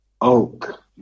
oak